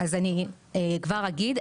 אני כבר אגיד.